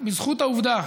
בזכות העובדה,